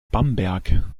bamberg